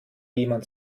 jemand